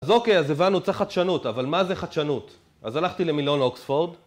אז אוקיי, אז הבנו צריך חדשנות, אבל מה זה חדשנות? אז הלכתי למיליון אוקספורד